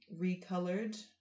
recolored